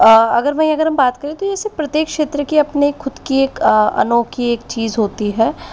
अगर कोई अगर हम बात करें तो यह सब प्रत्येक क्षेत्र की अपनी खुद की एक अनोखी चीज़ होती है